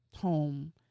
home